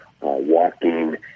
walking